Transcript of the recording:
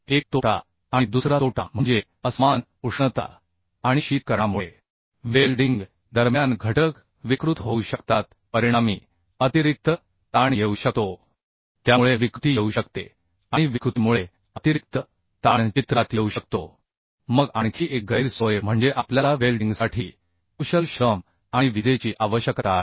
एक तोटा आणि दुसरा तोटा म्हणजे असमान उष्णता आणि शीतकरणामुळे वेल्डिंग दरम्यान घटक विकृत होऊ शकतात परिणामी अतिरिक्त ताण येऊ शकतो त्यामुळे विकृती येऊ शकते आणि विकृतीमुळे अतिरिक्त ताण चित्रात येऊ शकतो मग आणखी एक गैरसोय म्हणजे आपल्याला वेल्डिंगसाठी कुशल श्रम आणि विजेची आवश्यकता आहे